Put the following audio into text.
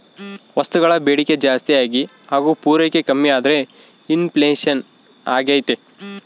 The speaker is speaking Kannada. ವಸ್ತುಗಳ ಬೇಡಿಕೆ ಜಾಸ್ತಿಯಾಗಿ ಹಾಗು ಪೂರೈಕೆ ಕಮ್ಮಿಯಾದ್ರೆ ಇನ್ ಫ್ಲೇಷನ್ ಅಗ್ತೈತೆ